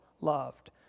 loved